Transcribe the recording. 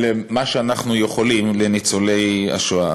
מה שאנחנו יכולים, לניצולי השואה.